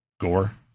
gore